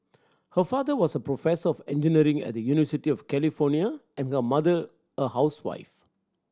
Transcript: her father was a professor of engineering at the University of California and her mother a housewife